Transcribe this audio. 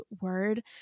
word